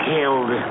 Killed